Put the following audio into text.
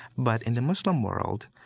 but in the muslim world,